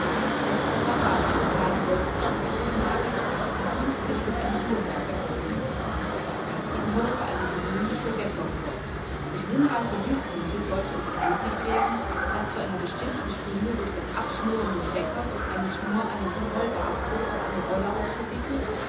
letzterer war an einem kleinen holzpflock festgenagelt und künstlich mit einem uhrwerk in verbindung gebracht die uhr war eine gewöhnliche wecker uhr ker uhr durch sinnreiche hilfsmittel sollte es ermöglicht werden daß zu einer bestimmten stunde durch das abschnurren des weckers eine schnur an dem revolverabzug auf eine rolle aufgewickelt